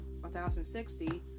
1060